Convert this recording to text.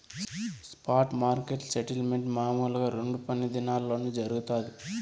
spot మార్కెట్ల settlement మామూలుగా రెండు పని దినాల్లోనే జరగతాది